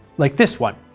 like this one